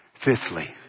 Fifthly